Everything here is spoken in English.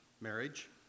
marriage